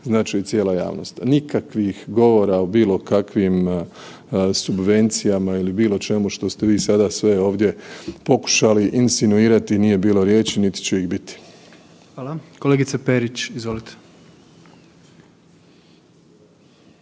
znat će i cijela javnost. Nikakvih govora o bilo kakvim subvencijama ili bilo čemu što ste vi sada sve ovdje pokušali insinuirati, nije bilo riječi niti će ih biti. **Jandroković, Gordan